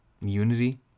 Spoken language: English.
Unity